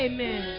Amen